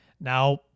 Now